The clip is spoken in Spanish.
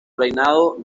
reinado